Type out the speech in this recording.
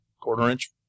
quarter-inch